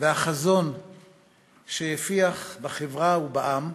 והחזון שהפיח בחברה ובעם,